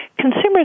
consumers